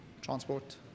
transport